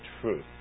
truth